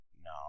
No